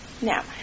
Now